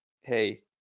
hey